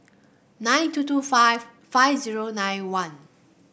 nine two two five five zero nine one